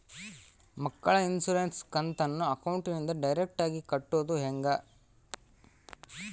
ಮಕ್ಕಳ ಇನ್ಸುರೆನ್ಸ್ ಕಂತನ್ನ ಅಕೌಂಟಿಂದ ಡೈರೆಕ್ಟಾಗಿ ಕಟ್ಟೋದು ಹೆಂಗ?